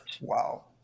wow